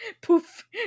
Poof